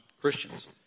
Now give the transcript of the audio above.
Christians